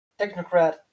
technocrat